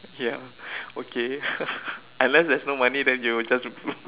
ya okay unless there's no money then you will just